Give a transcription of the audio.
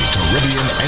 Caribbean